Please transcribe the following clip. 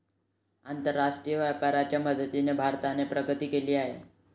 आंतरराष्ट्रीय व्यापाराच्या मदतीने भारताने प्रगती केली आहे